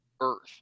earth